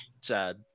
sad